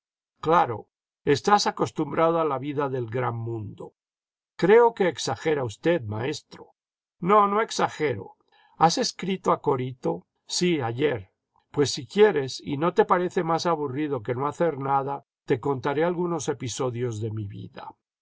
claro estás acostumbrado a la vida del gran mundol creo que exagera usted maestro no no exagero has escrito a corito sí ayer pues si quieres y no te parece más aburrido que no hacer nada te contaré algunos episodios de mi vida